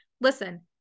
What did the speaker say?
Listen